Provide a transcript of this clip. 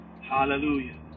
Hallelujah